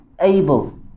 able